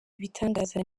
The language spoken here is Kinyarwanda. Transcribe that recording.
ibitangaza